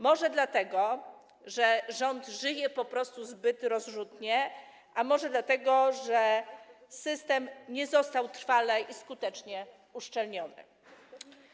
Może dlatego, że rząd żyje po prostu zbyt rozrzutnie, a może dlatego, że system nie został trwale i skutecznie uszczelniony.